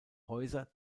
häuser